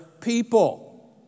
people